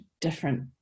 different